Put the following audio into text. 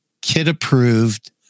kid-approved